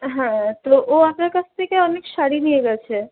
হ্যাঁ তো ও আপনার কাছ থেকে অনেক শাড়ি নিয়ে গেছে